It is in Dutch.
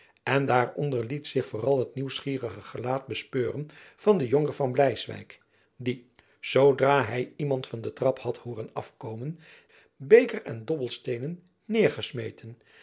en daaronder liet zich vooral het nieuwsgierige gelaat bespeuren van den jonker van bleiswijck die zoodra hy iemand van de trap had hooren afkomen beker en dobbelsteenen neêrgesmeten